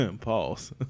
Pause